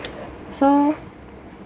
so